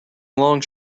long